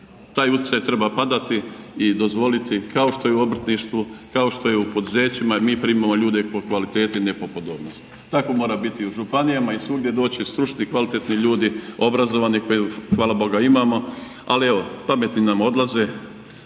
Taj utjecaj treba padati i dozvoliti kao što je u obrtništvu, kao što je u poduzećima jer mi primamo ljude po kvaliteti a ne po podobnosti. Tako mora biti u županijama, doći stručni i kvalitetni ljudi, obrazovni koje hvala Bogu imamo, ali evo pameti nam odlaze